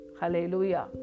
Hallelujah